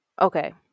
okay